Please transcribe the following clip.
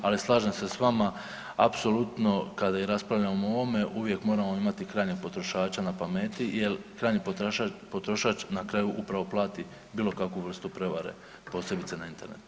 Ali slažem se s vama apsolutno kada i raspravljamo o ovome uvijek moramo imati krajnjeg potrošača na pameti jel krajnji potrošač na kraju upravo plati bilo kakvu vrstu prevare, posebice na internetu.